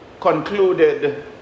concluded